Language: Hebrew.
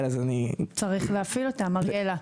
צריך להפעיל אותם, אריאלה.